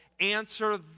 answer